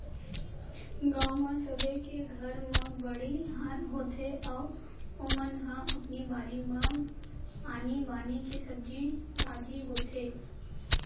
गाँव म सबे के घर म बाड़ी होथे अउ ओमन ह अपन बारी म आनी बानी के सब्जी भाजी बोथे